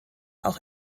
auch